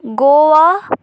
Goa